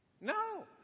No